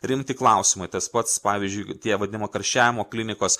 rimti klausimai tas pats pavyzdžiui tie vadinami karščiavimo klinikos